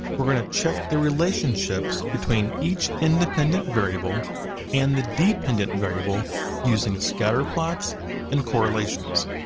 we're gonna check the relationships between each independent variable and the dependent and variable using scatterplots and correlations.